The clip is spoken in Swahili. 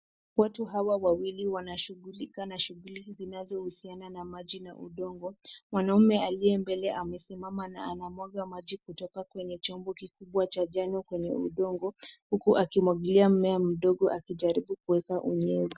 Watu hawa wawili wanashughulika na shughuli zinazohusiana na maji na udongo. Mwanaume aliye mbele amesimama na anamwaga maji kutoka kwenye chombo kikubwa cha njano kwenye udongo, huku akimwagilia mmea mdogo akijaribu kuweka unyevu.